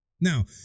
Now